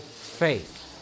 faith